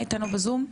היא איתנו בזום?